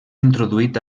introduït